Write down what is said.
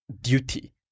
duty